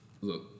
look